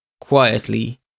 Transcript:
quietly